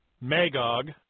Magog